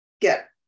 get